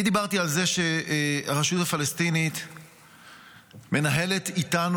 אני דיברתי על זה שהרשות הפלסטינית מנהלת איתנו,